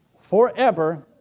forever